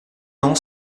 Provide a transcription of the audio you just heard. grand